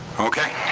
okay,